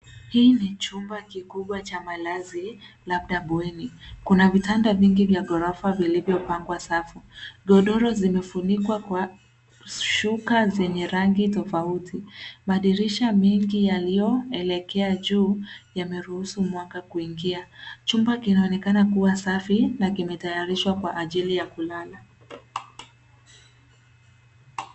Hii ni chumba kikubwa cha malazi, labda bweni. Kuna vitanda vingi vya ghorofa vilivyopangwa safu. Godoro zimefunikwa kwa shuka zenye rangi tofauti. Madirisha mengi yaliyoelekea juu, yameruhusu mwanga kuingia. Chumba kinaonekana kuwa safi na kimetayarishwa kwa ajili ya kulala.